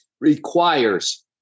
requires